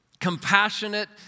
compassionate